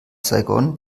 saigon